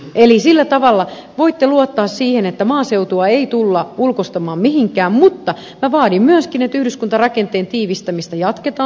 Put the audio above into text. eli sillä tavalla voitte luottaa siihen että maaseutua ei tulla ulkoistamaan mihinkään mutta minä vaadin myöskin että yhdyskuntarakenteen tiivistämistä jatketaan